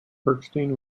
erskine